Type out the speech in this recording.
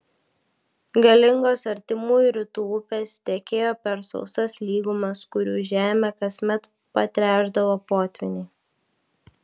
galingos artimųjų rytų upės tekėjo per sausas lygumas kurių žemę kasmet patręšdavo potvyniai